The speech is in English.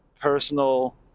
personal